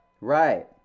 Right